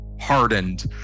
hardened